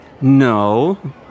No